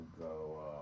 go